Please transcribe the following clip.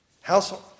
Household